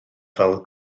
fel